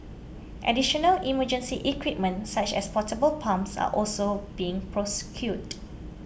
additional emergency equipment such as portable pumps are also being procured